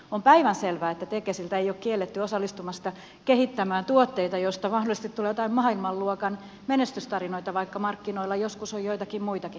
on päivänselvää että tekesiä ei ole kielletty osallistumasta sellaisten tuotteiden kehittämiseen joista mahdollisesti tulee joitain maailmanluokan menestystarinoita vaikka markkinoilla joskus on joitakin muitakin toimijoita